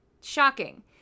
Shocking